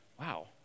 wow